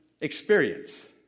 experience